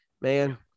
man